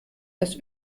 das